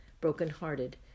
broken-hearted